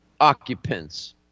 occupants